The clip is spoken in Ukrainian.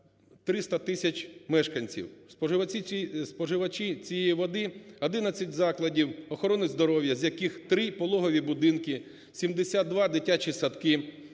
300 тисяч мешканців. Споживачі цієї води: 11 закладів охорони здоров'я, з яких 3 пологові будинки, 72 дитячі садки,